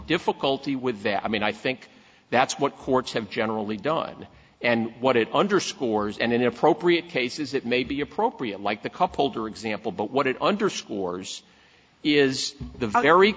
difficulty with that i mean i think that's what courts have generally done and what it underscores and in appropriate cases it may be appropriate like the cup holder example but what it underscores is the very